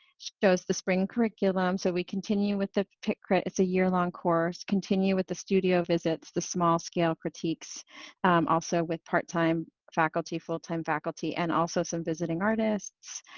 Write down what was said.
shows the spring curriculum. so we continue with the pit crit, it's a year-long course, continue with the studio visits the small scale critiques also with part-time faculty, full-time faculty and also some visiting artists.